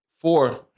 Four